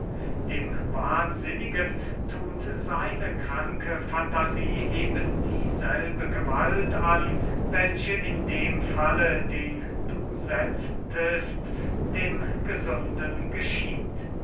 dem wahnsinnigen thut seine kranke fantasie eben dieselbe gewalt an welche in dem falle den du setztest dem gesunden geschieht